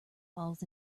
falls